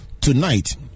Tonight